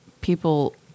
people